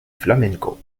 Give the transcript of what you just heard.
flamenco